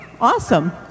Awesome